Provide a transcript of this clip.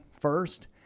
first